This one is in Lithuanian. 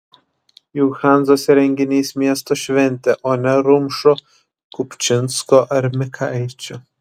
juk hanzos renginys miesto šventė o ne rumšo kupčinsko ar mikaičio